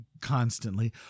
constantly